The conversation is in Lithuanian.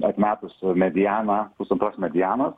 atmetus medianą pusantros medianos